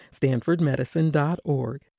stanfordmedicine.org